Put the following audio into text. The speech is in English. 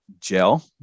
gel